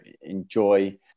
enjoy